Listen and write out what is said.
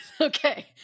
Okay